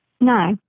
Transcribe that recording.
No